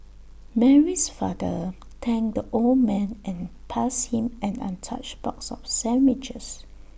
Mary's father thanked the old man and passed him an untouched box of sandwiches